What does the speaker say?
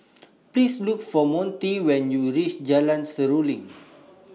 Please Look For Monty when YOU REACH Jalan Seruling